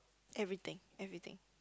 everything everything